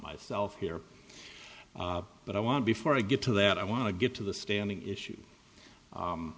myself here but i want to before i get to that i want to get to the standing issue